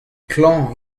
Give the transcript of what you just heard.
klañv